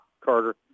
Carter